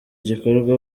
gikorwa